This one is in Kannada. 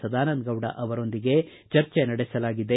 ಸದಾನಂದಗೌಡ ಅವರೊಂದಿಗೆ ಚರ್ಜೆ ನಡೆಸಲಾಗಿದೆ